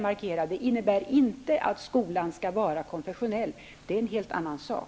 Men det innebär inte att skolan skall vara konfessionell. Det är en helt annan sak.